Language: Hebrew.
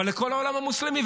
אבל לכל העולם המוסלמי.